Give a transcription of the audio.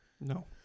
No